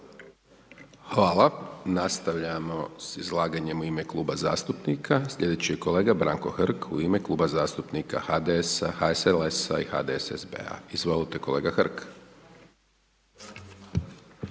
Hvala. Nastavljamo s izlaganjem u ime kluba zastupnika. Slijedeći je kolega Branko Hrg u ime kluba zastupnika HDS-a, HSLS-a i HDSB-a, izvolite kolega Hrg.